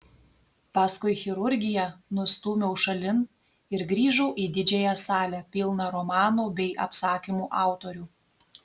paskui chirurgiją nustūmiau šalin ir grįžau į didžiąją salę pilną romanų bei apsakymų autorių